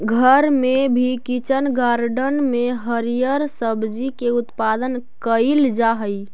घर में भी किचन गार्डन में हरिअर सब्जी के उत्पादन कैइल जा हई